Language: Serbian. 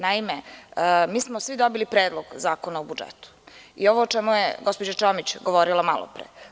Naime, mi smo svi dobili Predlog zakona o budžetu i ovo o čemu je gospođa Čomić govorila malopre.